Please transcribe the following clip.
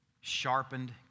sharpened